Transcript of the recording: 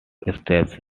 itself